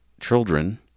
children